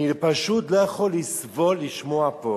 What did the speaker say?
אני פשוט לא יכול לסבול, לשמוע פה,